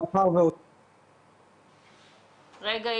מאחר --- רגע,